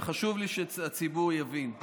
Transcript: וחשוב לי שהציבור יבין,